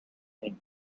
him